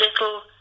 little